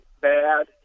bad